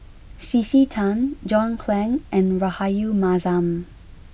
C C Tan John Clang and Rahayu Mahzam